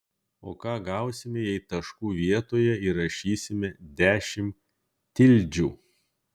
o ką gausime jei taškų vietoje įrašysime dešimt tildžių